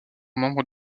membre